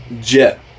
jet